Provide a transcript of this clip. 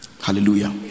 Hallelujah